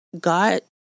God